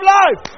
life